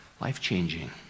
life-changing